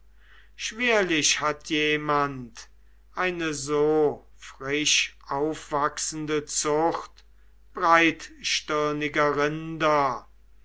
schwerlich hat jemand eine so frischaufwachsende zucht breitstirniger rinder